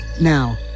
now